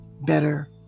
better